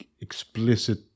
explicit